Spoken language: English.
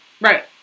Right